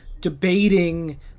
debating